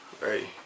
Ready